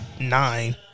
nine